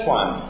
one